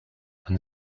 and